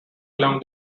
along